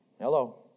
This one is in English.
Hello